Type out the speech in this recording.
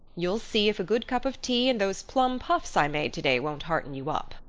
you'll see if a good cup of tea and those plum puffs i made today won't hearten you up.